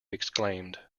exclaimed